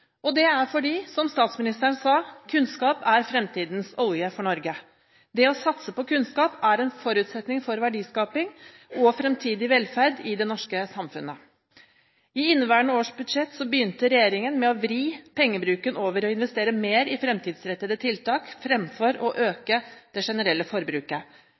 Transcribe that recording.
Det er fordi, som statsministeren sa, kunnskap er «fremtidens olje for Norge». Det å satse på kunnskap er en forutsetning for verdiskaping og fremtidig velferd i det norske samfunnet. I inneværende års budsjett begynte regjeringen med å vri pengebruken over i å investere mer i fremtidsrettede tiltak fremfor å øke det generelle forbruket.